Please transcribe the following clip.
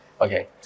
Okay